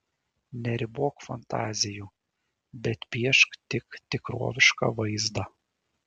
neribok fantazijų bet piešk tik tikrovišką vaizdą